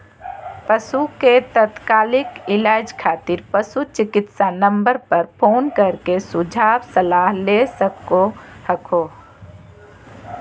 पशु के तात्कालिक इलाज खातिर पशु चिकित्सा नम्बर पर फोन कर के सुझाव सलाह ले सको हखो